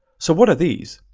so what are these?